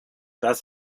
das